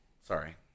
sorry